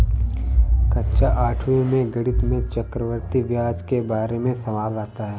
कक्षा आठवीं में गणित में चक्रवर्ती ब्याज के बारे में सवाल आता है